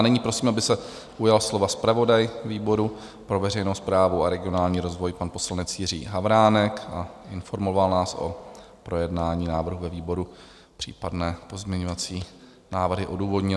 Nyní prosím, aby se ujal slova zpravodaj výboru pro veřejnou správu a regionální rozvoj, pan poslanec Jiří Havránek, informoval nás o projednání návrhu ve výboru a případné pozměňovací návrhy odůvodnil.